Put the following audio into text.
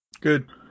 Good